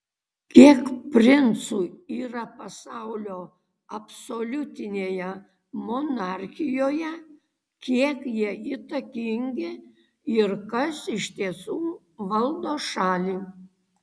kiek princų yra pasaulio absoliutinėje monarchijoje kiek jie įtakingi ir kas iš tiesų valdo šalį